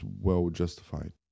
well-justified